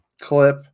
clip